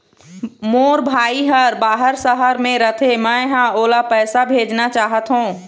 मोर भाई हर बाहर शहर में रथे, मै ह ओला पैसा भेजना चाहथों